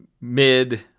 mid